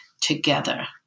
together